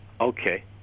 okay